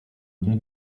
bon